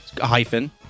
Hyphen